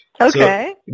Okay